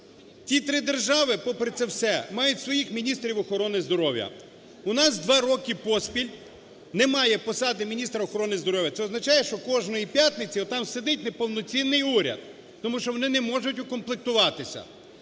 Ті три держави попри це все мають своїх міністрів охорони здоров'я. У нас два роки поспіль немає посади міністра охорони здоров'я. Це означає, що кожної п'ятниці отам сидить неповноцінний уряд, тому що вони не можуть укомплектуватися.